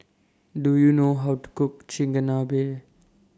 Do YOU know How to Cook Chigenabe